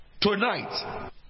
tonight